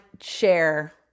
share